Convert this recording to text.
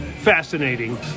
Fascinating